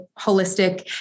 holistic